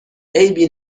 عیبی